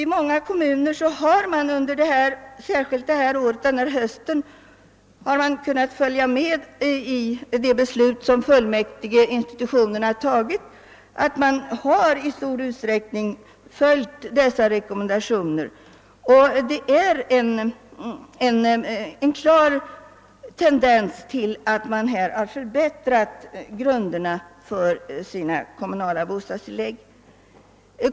I många kommuner har man också — särskilt under innevarande höst — kunnat följa med i de beslut som = fullmäktigeinstitutionerna fattat, och i stor utsträckning har man följt rekommendationerna. Nu finns det en klar tendens till en förbättring av grunderna för de kommunala bostadstilläggen.